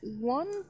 one